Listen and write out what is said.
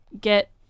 get